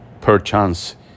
perchance